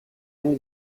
anni